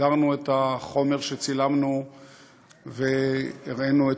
שידרנו את החומר שצילמנו והראינו את